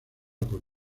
por